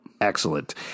Excellent